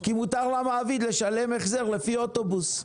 כי מותר למעביד לשלם החזר לפי אוטובוס.